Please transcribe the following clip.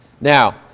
Now